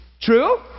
True